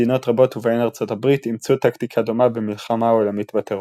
מדינות רבות ובהן ארצות הברית אימצו טקטיקה דומה במלחמה העולמית בטרור.